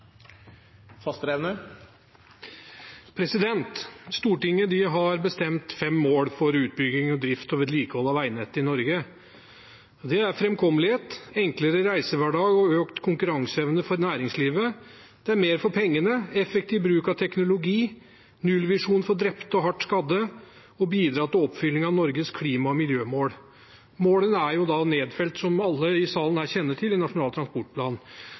enklere reisehverdag og økt konkurranseevne for næringslivet mer for pengene effektiv bruk av teknologi nullvisjon for drepte og hardt skadde bidra til oppfylling av Norges klima- og miljømål Målene er, som alle her i salen kjenner til, nedfelt i Nasjonal transportplan.